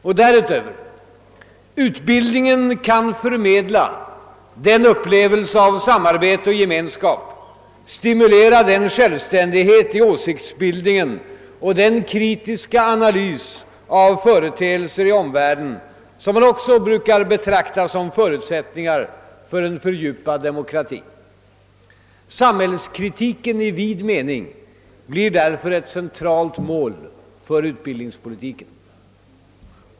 Därut Över kan utbildningen förmedla den upplevelse av samarbete och gemenskap och stimulera den självständighet i åsiktsbildningen och den kritiska analys av företeelser i omvärlden som man också brukar betrakta som förutsätt NDingar för en fördjupad demokrati. Samhällskritiken i vid mening blir därför ett centralt mål för utbildningspolitiken.